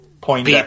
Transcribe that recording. point